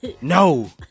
No